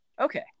okay